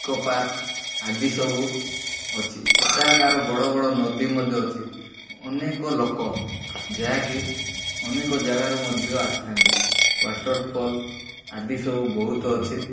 eco park ଆଦି ସବୁ ଅଛି ଏଠାକାର ବଡ଼ ବଡ଼ ନଦୀ ମଧ୍ୟ ଅଛି ଅନେକ ଲୋକ ଯାହାକି ଅନେକ ଜାଗାରୁ ମଧ୍ୟ ଆସିଥାନ୍ତି ୱାଟର ଫଲ୍ ଆଦି ସବୁ ବହୁତ ଅଛି